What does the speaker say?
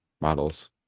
models